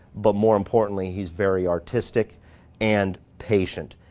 but more importantly he's very artistic and patient.